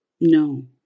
No